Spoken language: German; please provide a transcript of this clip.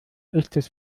echtes